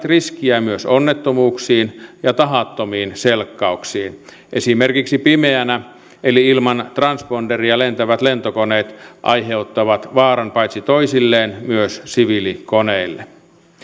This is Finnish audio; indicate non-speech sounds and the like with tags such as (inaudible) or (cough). (unintelligible) riskiä myös onnettomuuksiin ja tahattomiin selkkauksiin esimerkiksi pimeänä eli ilman transponderia lentävät lentokoneet aiheuttavat vaaran paitsi toisilleen myös siviilikoneille